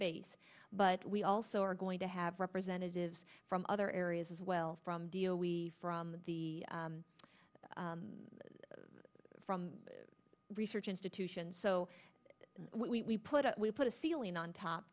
base but we also are going to have representatives from other areas as well from deal we from the from research institution so we put a we put a ceiling on top